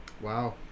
Wow